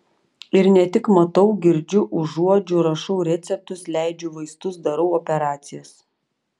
ir ne tik matau girdžiu užuodžiu rašau receptus leidžiu vaistus darau operacijas